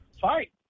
fight